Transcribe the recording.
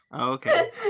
okay